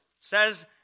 says